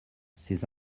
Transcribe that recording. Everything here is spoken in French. ces